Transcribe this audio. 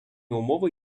умови